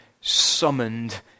summoned